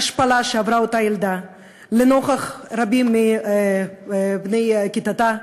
ההשפלה שעברה אותה ילדה לנוכח רבים מבני כיתתה,